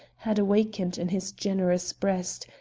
had awakened in his generous breast,